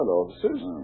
officers